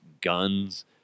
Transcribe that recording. guns